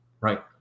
Right